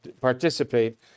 participate